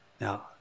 Now